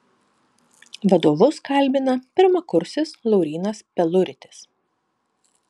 vadovus kalbina pirmakursis laurynas peluritis